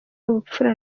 bupfura